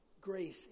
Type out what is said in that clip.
Grace